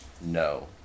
No